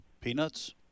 Peanuts